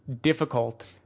difficult